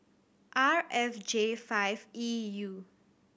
R F J five E U